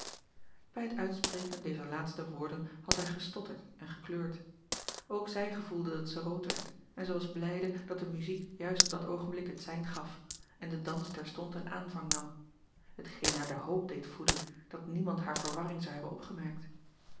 ij het uitspreken dezer laatste woorden had hij gestotterd en gekleurd ook zij gevoelde dat zij rood werd en zij was blijde dat de muziek juist op dat oogenblik het sein gaf en de dans terstond een aanvang nam t geen haar de hoop deed voeden dat niemand haar verwarring zou hebben opgemerkt